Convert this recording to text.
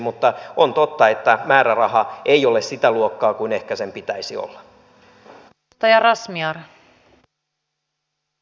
mutta on totta että määräraha ei ole sitä luokkaa kuin sen ehkä pitäisi olla